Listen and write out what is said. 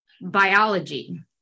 biology